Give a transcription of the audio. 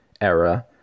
era